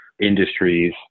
industries